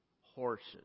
horses